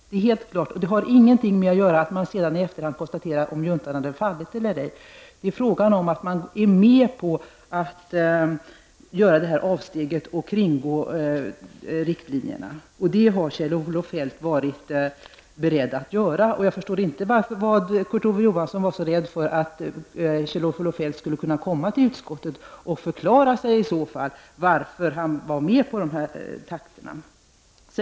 Det är helt klart, och det har inte någonting att göra med konstateranden i efterhand av om juntan hade fallit eller ej. Vad det är fråga om är ju att man är med på att göra ett avsteg och kringgå vad som sägs i riktlinjerna. Det har Kjell-Olof Feldt varit beredd att göra. Men jag förstår inte varför Kurt Ove Johansson var så rädd för att Kjell-Olof Feldt skulle komma till utskottet och förklara varför han var med på detta.